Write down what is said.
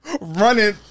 running